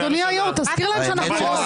אדוני היושב-ראש, תזכיר להם שאנחנו רוב.